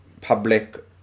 public